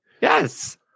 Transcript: Yes